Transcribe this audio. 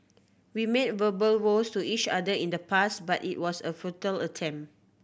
we made verbal vows to each other in the past but it was a futile attempt